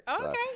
Okay